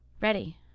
Ready